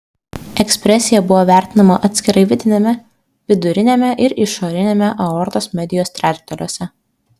ekspresija buvo vertinama atskirai vidiniame viduriniame ir išoriniame aortos medijos trečdaliuose